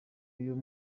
y’uyu